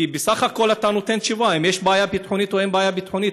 כי בסך הכול אתה נותן תשובה אם יש בעיה ביטחונית או אין בעיה ביטחונית.